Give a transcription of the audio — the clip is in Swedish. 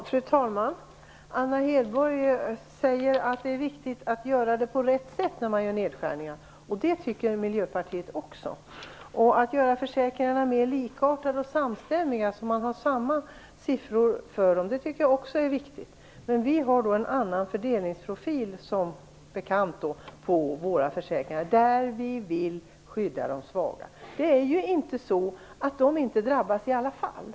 Fru talman! Anna Hedborg säger att det är viktigt att göra nedskärningarna på rätt sätt. Det tycker Miljöpartiet också. Att göra försäkringarna mer likartade och samstämmiga, så att man har samma siffror för dem, tycker jag också är viktigt. Men vi i Miljöpartiet har som bekant en annan fördelningsprofil i vårt förslag om försäkringarna, där vi vill skydda de svaga. Det är ju inte så att de svaga inte drabbas i alla fall.